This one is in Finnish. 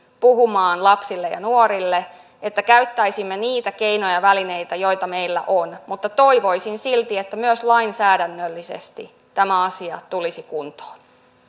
puhumaan lapsille ja nuorille että käyttäisimme niitä keinoja ja välineitä joita meillä on mutta toivoisin silti että myös lainsäädännöllisesti tämä asia tulisi kuntoon